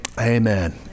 amen